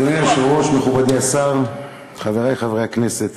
אדוני היושב-ראש, מכובדי השר, חברי חברי הכנסת,